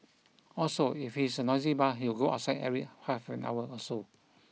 also if he is in a noisy bar he would go outside every half an hour or so